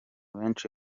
benshi